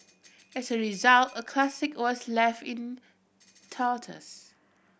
as a result a classic was left in tatters